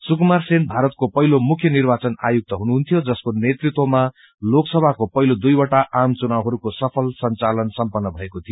सुकुमार सेन भारतको पहिलो मुख्य निवाचन आयुक्त हुनुहुन्थ्यो जसको नेतृत्वमा लोकसभाको पहिलो दुईवटा आम चुनावहरूको सफल संचालन सम्पन्न भएको थियो